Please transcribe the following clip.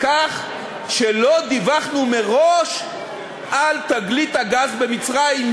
בכך שלא דיווחנו מראש על תגלית הגז במצרים,